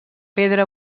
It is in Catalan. pedra